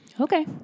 Okay